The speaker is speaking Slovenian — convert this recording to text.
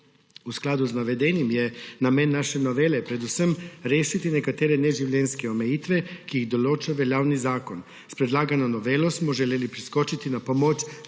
V skladu z navedenim je namen naše novele predvsem rešiti nekatere neživljenjske omejitve, ki jih določa veljavni zakon. S predlagano novelo smo želeli priskočiti na pomoč